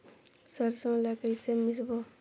सरसो ला कइसे मिसबो?